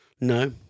No